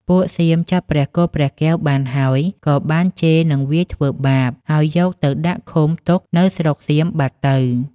ពួកសៀមចាប់ព្រះគោព្រះកែវបានហើយ ក៏បានជេរនិងវាយធ្វើបាប ហើយយកទៅដាក់ឃុំទុកនៅស្រុកសៀមបាត់ទៅ។